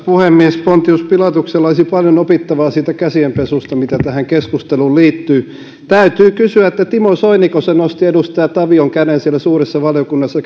puhemies pontius pilatuksella olisi paljon opittavaa siitä käsien pesusta mitä tähän keskusteluun liittyy täytyy kysyä että timo soiniko se nosti edustaja tavion käden siellä suuressa valiokunnassa